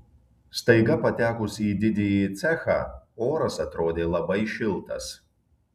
staiga patekus į didįjį cechą oras atrodė labai šiltas